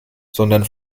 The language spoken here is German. sondern